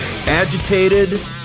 Agitated